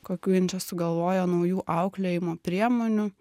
kokių jin čia sugalvojo naujų auklėjimo priemonių